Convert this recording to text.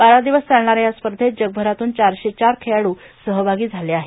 बारा दिवस चालणाऱ्या या स्पर्धेत जगभरातून चारश्ने चार खेळाडू सहभागी झाले आहेत